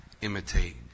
imitate